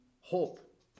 hope